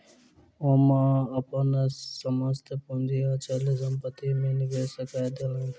ओ अपन समस्त पूंजी अचल संपत्ति में निवेश कय देलैन